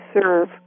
serve